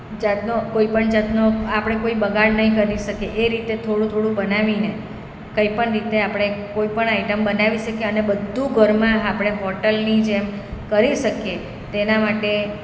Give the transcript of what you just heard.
જાતનો કોઈ પણ જાતનો આપણે કોઈ બગાળ નહિ કરી શકીએ એ રીતે થોડું થોડું બનાવીને કંઈ પણ રીતે આપણે કોઈ પણ આઈટમ બનાવી શકીએ અને બધું ઘરમાં આપણે હોટલની જેમ કરી શકીએ તેના માટે